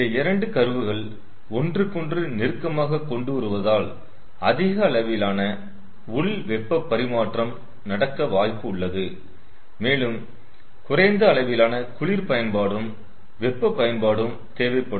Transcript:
இந்த இரண்டு கர்வ்கள் ஒன்றுக்கொன்று நெருக்கமாக கொண்டு வருவதால் அதிக அளவிலான உள் வெப்பப் பரிமாற்றம் நடக்க வாய்ப்பு உள்ளது மேலும் குறைந்த அளவிலான குளிர் பயன்பாடும் வெப்ப பயன்பாடும் தேவைப்படும்